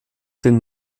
den